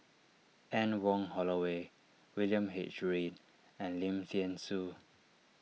Anne Wong Holloway William H Read and Lim thean Soo